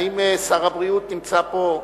האם שר הבריאות נמצא פה?